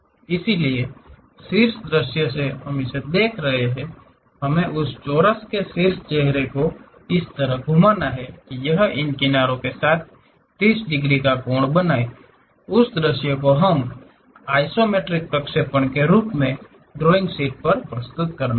इसलिए शीर्ष दृश्य से हम इसे देख रहे हैं हमें उस चोरस के शीर्ष चेहरे को इस तरह घुमाना है कि यह इन किनारों के साथ 30 डिग्री का कोण बनाए उस दृश्य को हमें एक आइसोमेट्रिक प्रक्षेपण के रूप में ड्राइंग शीट पर प्रस्तुत करना होगा